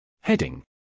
Heading